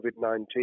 COVID-19